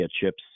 chips